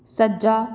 ਸੱਜਾ